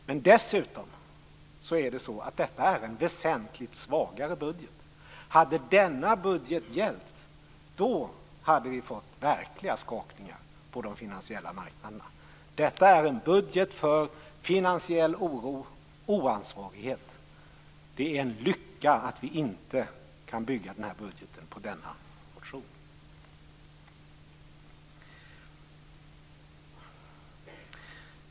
För det andra innehåller motionen en väsentligt svagare budget. Om denna budget hade gällt hade vi fått verkliga skakningar på de finansiella marknaderna. Det är en budget för finansiell oro och oansvarighet. Det är en lycka att vi inte kan bygga budgeten på denna motion.